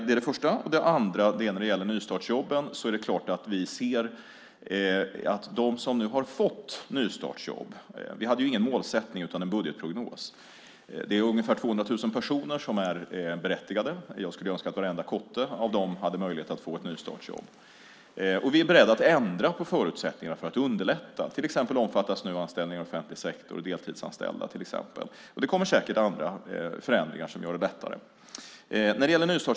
Det var den första frågan. Den andra frågan gällde nystartsjobben. Vi hade ingen målsättning utan en budgetprognos. Det är ungefär 200 000 personer som är berättigade. Jag skulle ju önska att varenda en av dem hade möjlighet att få ett nystartsjobb. Vi är beredda att ändra på förutsättningarna för att underlätta. Anställningar i offentlig sektor och deltidsanställda omfattas nu till exempel. Det kommer säkert andra förändringar som gör det lättare.